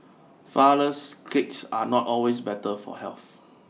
flour less cakes are not always better for health